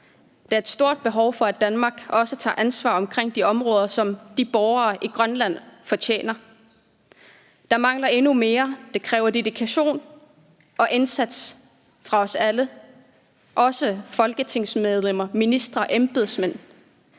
Der er et stort behov for, at Danmark også tager ansvar for de områder, som de borgere i Grønland fortjener. Der mangler endnu mere, det kræver dedikation og indsats fra os alle, også folketingsmedlemmer, ministre og embedsmænd,